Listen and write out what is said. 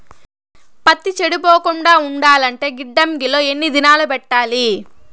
పత్తి చెడిపోకుండా ఉండాలంటే గిడ్డంగి లో ఎన్ని దినాలు పెట్టాలి?